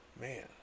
Man